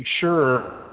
sure